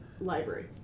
library